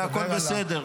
והכול בסדר.